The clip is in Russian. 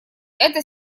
это